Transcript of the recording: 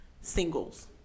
singles